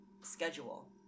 schedule